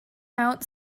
mount